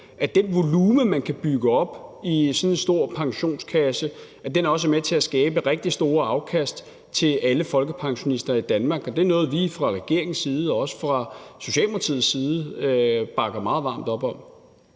at den volumen, man kan bygge op, i sådan en stor pensionskasse også er med til at skabe rigtig store afkast til alle folkepensionister i Danmark. Det er noget, vi fra regeringens side og også fra Socialdemokratiets side bakker meget varmt op om.